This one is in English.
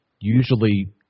usually